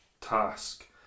task